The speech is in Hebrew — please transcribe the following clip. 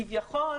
כביכול,